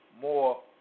more